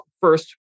first